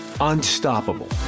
unstoppable